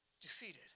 defeated